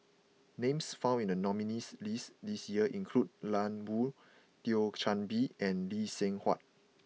names found in the nominees' list this year include Lan Woo Thio Chan Bee and Lee Seng Huat